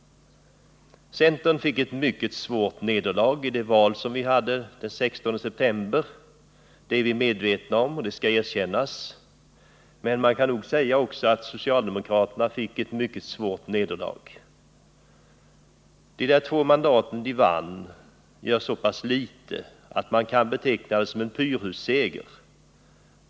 Centern led ett mycket svårt nederlag i valet den 16 september — det är vi medvetna om och det skall erkännas. Men man kan nog också säga att socialdemokraterna led ett mycket svårt nederlag. De två mandat de vann gör så litet att man kan beteckna det som en pyrrusseger.